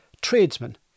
tradesmen